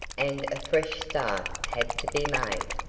and a fresh start had to be made.